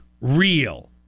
real